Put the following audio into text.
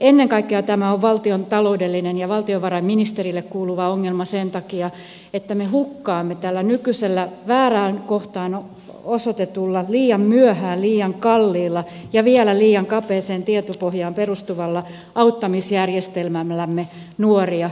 ennen kaikkea tämä on valtion taloudellinen ja valtiovarainministerille kuuluva ongelma sen takia että me hukkaamme tällä nykyisellä väärään kohtaan liian myöhään osoitetulla liian kalliilla ja vielä liian kapeaan tietopohjaan perustuvalla auttamisjärjestelmällämme nuoria